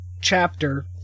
chapter